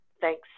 Thanks